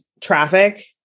traffic